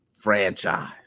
Franchise